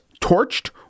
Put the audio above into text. Torched